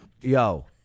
Yo